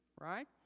right